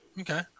Okay